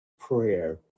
Prayer